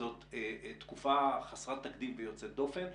שזאת תקופה חסרת תקדים ויוצאת דופן,